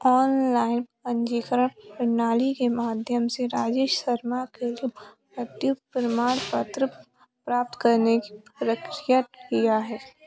online पंजीकरण प्रणाली के माध्यम से राजेश शर्मा के लिए मृत्यु प्रमाण पत्र प्राप्त करने की प्रक्रिया क्या है